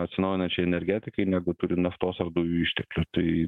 atsinaujinančiai energetikai negu turi naftos ar dujų išteklių tai